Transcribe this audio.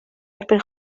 erbyn